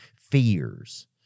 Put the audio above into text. fears